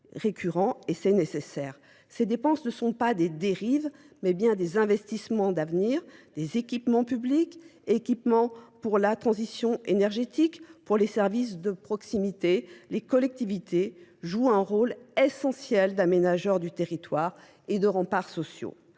récurrents et c'est nécessaire. Ces dépenses ne sont pas des dérives mais bien des investissements d'avenir, des équipements publics, équipements pour la transition énergétique, pour les services de proximité. Les collectivités jouent un rôle essentiel d'aménageurs du territoire et de remparts sociaux.